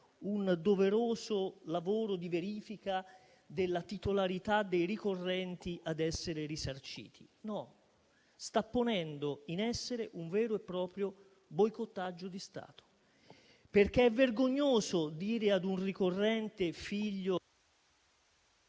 un doveroso lavoro di verifica della titolarità dei ricorrenti ad essere risarciti. No, sta ponendo in essere un vero e proprio boicottaggio di Stato, perché è vergognoso dire a un ricorrente, figlio